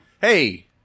Hey